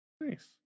Nice